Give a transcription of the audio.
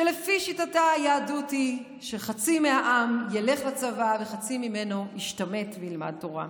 שלפי שיטתה היהדות היא שחצי מהעם ילך לצבא וחצי ממנו ישתמט וילמד תורה.